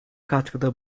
katkıda